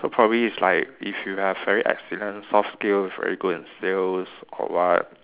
so probably it's like if you have very excellent soft skills very good in sales or what